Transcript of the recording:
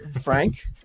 Frank